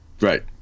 Right